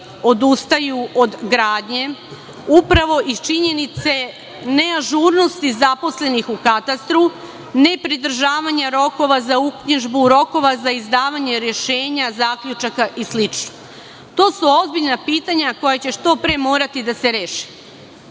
odustaju od gradnje upravo iz činjenice neažurnosti zaposlenih u katastru, nepridržavanja rokova za uknjižbu rokova za izdavanje rešenja zaključaka i slično. To su ozbiljna pitanja koja će što pre morati da se reše.